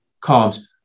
calms